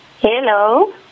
Hello